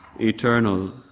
eternal